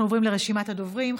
אנחנו עוברים לרשימת הדוברים.